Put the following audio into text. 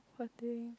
poor thing